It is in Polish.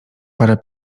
parę